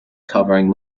covering